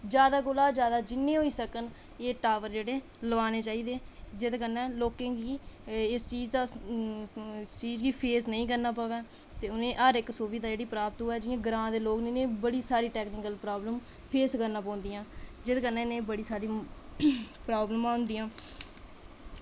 जादै कोला जादै जिन्ने होई सक्कन एह् टॉवर जेह्ड़े लोआनै चाहिदे जिस बजह कन्नै लोकें गी एह् चीज़ फेस निं करना पवै ते उ'नें गी हर इक्क सुविधा जेह्ड़ी प्राप्त होऐ जेह्ड़े ग्रांऽ दे लोग इनेंगी बड़ी सारी टेक्नीकल प्रॉब्लम फेस करना पौंदियां जेह्दी बजह कन्नै इनेंगी बड़ी सारी प्रॉब्लमां होंदियां